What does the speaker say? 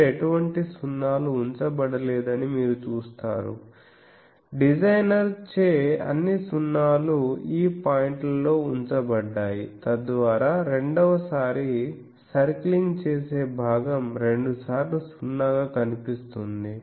ఇక్కడ ఎటువంటి సున్నాలు ఉంచబడలేదని మీరు చూస్తారు డిజైనర్ చే అన్ని సున్నాలు ఈ పాయింట్లలో ఉంచబడ్డాయి తద్వారా రెండవ సారి సిర్క్లింగ్ చేసే భాగం రెండుసార్లు సున్నాగా కనిపిస్తుంది